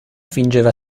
fingeva